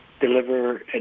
deliver